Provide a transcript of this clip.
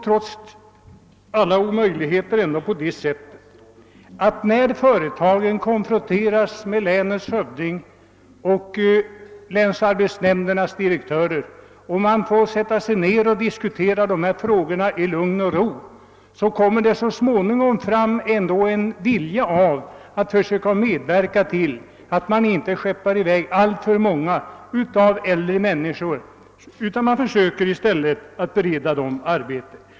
Trots alla svårigheter är det ändå på det sättet att när företagen konfronteras med länets hövding och länsarbetsnämndens direktör och man sätter sig ned och diskuterar dessa frågor i lugn och ro, kommer det så småningom fram en vilja att medverka till att inte skeppa i väg alltför många äldre människor. Företagen försöker i stället att bereda dem arbete.